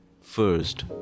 first